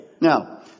Now